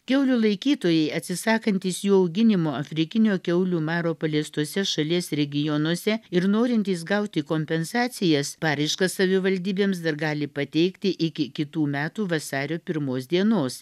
kiaulių laikytojai atsisakantys jų auginimo afrikinio kiaulių maro paliestuose šalies regionuose ir norintys gauti kompensacijas paraiškas savivaldybėms dar gali pateikti iki kitų metų vasario pirmos dienos